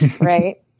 right